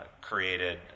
created